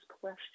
question